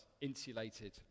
insulated